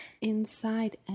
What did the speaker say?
Inside